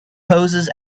poses